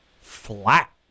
flat